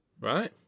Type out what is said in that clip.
Right